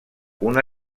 una